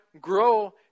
grow